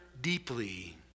deeply